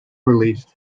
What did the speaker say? released